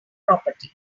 property